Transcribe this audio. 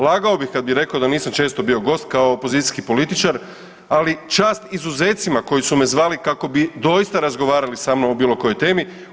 Lagao bih kada bih rekao da nisam često bio gost kao opozicijski političar, ali čast izuzecima koji su me zvali kako bi doista razgovarali samnom o bilo kojoj temi.